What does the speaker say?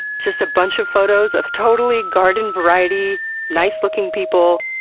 just a bunch of photos of totally garden-variety, nice-looking people.